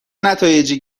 نتایجی